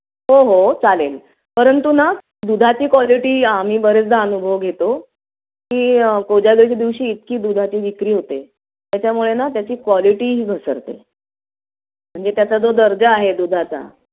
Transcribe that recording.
हो हो चालेल परंतु ना दुधाची क्वालिटी आम्ही बरेचदा अनुभव घेतो की कोजागच्या दिवशी इतकी दुधाची विक्री होते त्याच्यामुळे ना त्याची क्वालिटीही घसरते म्हणजे त्याचा जो दर्जा आहे दुधाचा